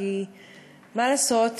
כי מה לעשות?